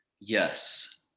Yes